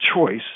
choice